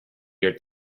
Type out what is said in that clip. your